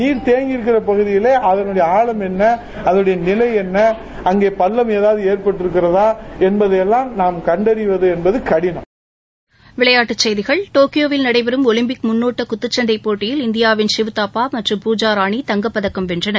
நீர் தேங்கியருக்கிற பகுதிகளிலே அதன் ஆழம் என்ன அதன் நிலை என்ன அதில் பள்ளம் ஏதாவது ஏற்பட்டிருக்கிறதா என்பதையெல்லாம் நாம் கண்டறிவது என்பது கடினம் விளையாட்டுச்செய்திகள் டோக்கியோவில் நடைபெறும் ஒலிம்பிக் முன்னோட்ட குத்துச்சண்டைப் போட்டியில் இந்தியாவின் ஷிவ்தாப்பா மற்றும் பூஜாராணி தங்கப்பதக்கம் வென்றனர்